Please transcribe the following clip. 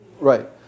Right